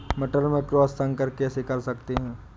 मटर में क्रॉस संकर कैसे कर सकते हैं?